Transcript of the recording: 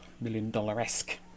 million-dollar-esque